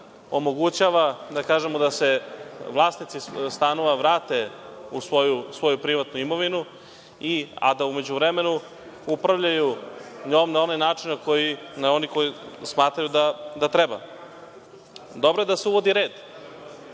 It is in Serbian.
kažemo, da se vlasnici stanova vrate u svoju privatnu imovinu, a da u međuvremenu upravljaju njom na onaj način na koji smatraju da treba. Dobro je da se uvodi red